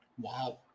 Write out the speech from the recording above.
Wow